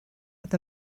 oedd